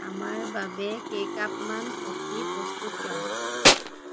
আমাৰ বাবে কেইকাপমান কফি প্ৰস্তুত কৰা